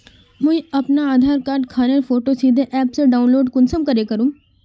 मुई अपना आधार कार्ड खानेर फोटो सीधे ऐप से डाउनलोड कुंसम करे करूम?